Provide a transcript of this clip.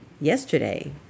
yesterday